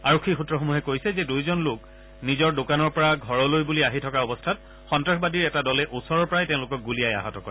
আৰক্ষী সূত্ৰসমূহে কৈছে যে দুয়োজন লোক নিজৰ দোকানৰ পৰা ঘৰলৈ বুলি আহি থকা অৱস্থাত সন্তাসবাদীৰ এটা দলে ওচৰৰ পৰাই তেওঁলোকক গুলীয়াই আহত কৰে